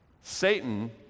satan